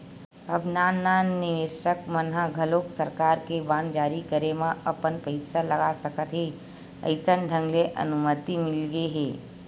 अब नान नान निवेसक मन ह घलोक सरकार के बांड जारी करे म अपन पइसा लगा सकत हे अइसन ढंग ले अनुमति मिलगे हे